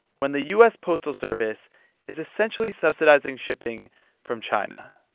when the u s. postal service is essentially subsidizing shipping from china?